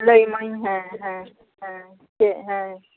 ᱞᱟᱹᱭᱟᱢᱟᱹᱧ ᱦᱮᱸ ᱦᱮᱸ ᱦᱮᱸ ᱪᱮᱫ ᱦᱮᱸ